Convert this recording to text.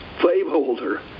slaveholder